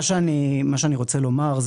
מה שאני רוצה לומר,